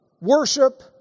worship